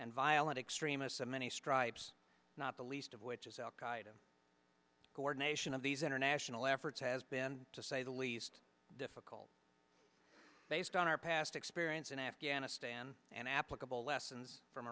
and violent extremists of many stripes not the least of which is al qaeda coordination of these international efforts has been to say the least difficult based on our past experience in afghanistan and applicable lessons from